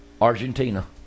Argentina